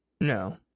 No